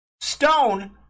Stone